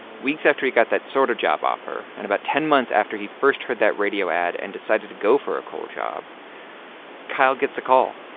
weeks after he got that sort-of sort of job offer and about ten months after he first heard that radio ad and decided to go for a coal job kyle gets a call.